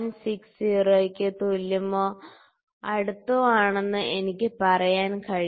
60 ന് തുല്യമോ അടുത്തോ ആണെന്ന് എനിക്ക് പറയാൻ കഴിയും